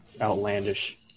outlandish